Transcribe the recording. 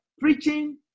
preaching